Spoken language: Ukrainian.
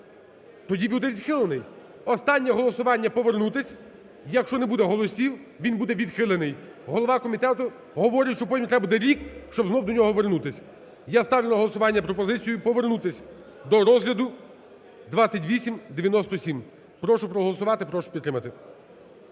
Тоді буде відхилений. Останнє голосування, повернутися, якщо не буде голосів, він буде відхилений. Голова комітету говорить, що потім треба буде рік, щоб знову до нього вернутися. Я ставлю на голосування пропозицію повернутися до розгляду 2897. Прошу проголосувати, прошу підтримати!